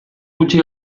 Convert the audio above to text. gutxi